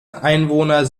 einwohner